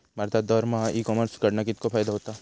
भारतात दरमहा e commerce कडणा कितको फायदो होता?